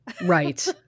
Right